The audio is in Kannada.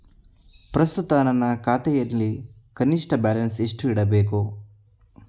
ಪ್ರಸ್ತುತ ನನ್ನ ಖಾತೆಯಲ್ಲಿ ಕನಿಷ್ಠ ಬ್ಯಾಲೆನ್ಸ್ ಎಷ್ಟು ಇಡಬೇಕು?